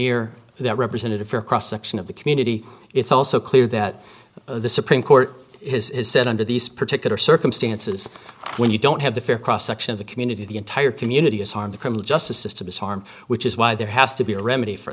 veneer that representative for a cross section of the community it's also clear that the supreme court has said under these particular circumstances when you don't have the fair cross section of the community the entire community is harmed the criminal justice system is harm which is why there has to be a remedy for